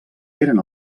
eren